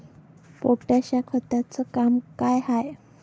Potash या खताचं काम का हाय?